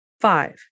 Five